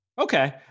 Okay